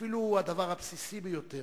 אפילו הדבר הבסיסי ביותר,